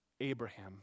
Abraham